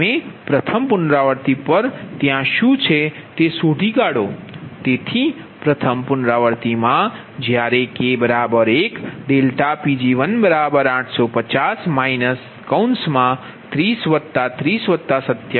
તેથી પ્રથમ પુનરાવૃત્તિ પર તમે ત્યાં શું છે તે શોધી કાઢો તેથી પ્રથમ પુનરાવૃત્તિમાં જ્યારે K1 ∆Pg850 303027